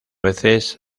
veces